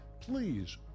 please